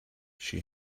she